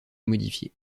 modifiés